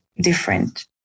different